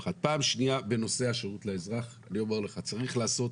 בנושא השירות לאזרח, צריך לעשות